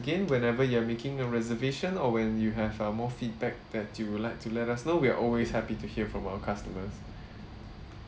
again whenever you are making a reservation or when you have uh more feedback that you would like to let us know we are always happy to hear from our customers